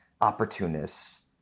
opportunists